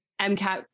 MCAT